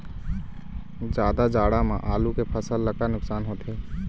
जादा जाड़ा म आलू के फसल ला का नुकसान होथे?